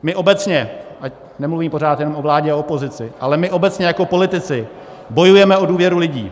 My obecně, ať nemluvím pořád jen o vládě a opozici, ale my obecně jako politici bojujeme o důvěru lidí.